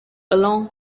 along